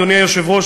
אדוני היושב-ראש,